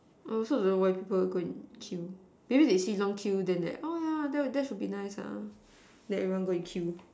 I also don't know why people go and queue maybe they see long queue then they like oh yeah that that should be nice ah then everyone go and queue